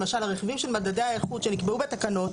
למשל הרכיבים של מדדי האיכות שנקבעו בתקנות,